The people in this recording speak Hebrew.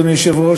אדוני היושב-ראש,